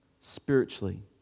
Spiritually